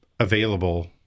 available